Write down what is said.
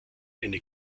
eine